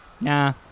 Nah